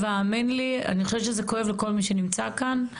האמן לי, אני חושבת שזה כואב לכל מי שנמצא כאן.